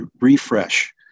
refresh